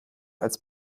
als